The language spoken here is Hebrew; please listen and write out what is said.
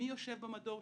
מי יושב במדור,